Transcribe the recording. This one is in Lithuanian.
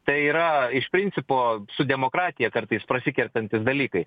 tai yra iš principo su demokratija kartais prasikertantys dalykai